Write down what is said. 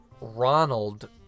ronald